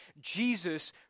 Jesus